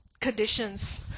conditions